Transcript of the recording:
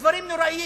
לדברים נוראיים.